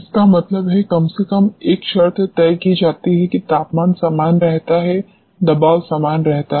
इसका मतलब है कम से कम एक शर्त तय की जाती है कि तापमान समान रहता है दबाव समान रहता है